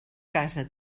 casa